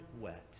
wet